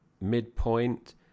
midpoint